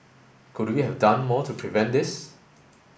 could we have done more to prevent this